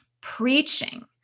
preaching